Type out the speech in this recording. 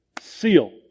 seal